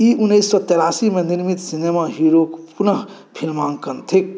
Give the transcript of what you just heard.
ई उन्नैस सए तेरासीमे निर्मित सिनेमा हीरोक पुनः फ़िल्मांकन थिक